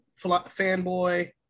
Fanboy